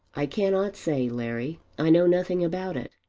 i cannot say, larry. i know nothing about it.